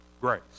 grace